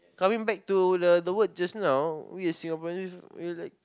coming back to the the word just now we are Singaporeans we we are like